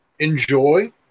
Enjoy